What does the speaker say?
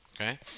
Okay